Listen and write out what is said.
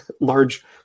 large